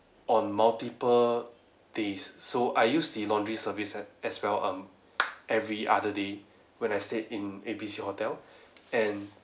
on multiple days so I use the laundry service a~ as well um every other day when I stayed in A B C hotel and